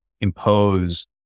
impose